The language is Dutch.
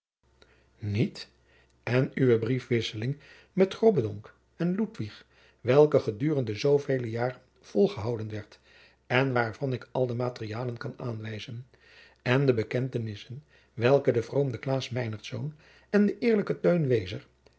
niet en uwe briefwisseling met grobbendonck en ludwig welke gedurende zoovele jaren volgehouden werd en waarvan ik al de materialen kan aanwijzen en de bekentenissen welke de vroome klaas meinertz en de eerlijke